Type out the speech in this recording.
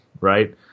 right